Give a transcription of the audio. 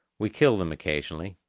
we kill them occasionally,